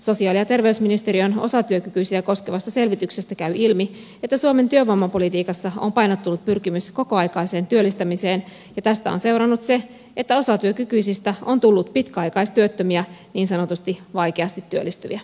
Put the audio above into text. sosiaali ja terveysministeriön osatyökykyisiä koskevasta selvityksestä käy ilmi että suomen työvoimapolitiikassa on painottunut pyrkimys kokoaikaiseen työllistämiseen ja tästä on seurannut se että osatyökykyisistä on tullut pitkäaikaistyöttömiä niin sanotusti vaikeasti työllistyviä